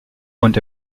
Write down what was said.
und